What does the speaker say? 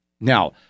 Now